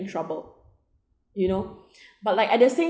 into trouble you know but like at the same